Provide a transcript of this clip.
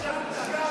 איזו טרגדיה אתה.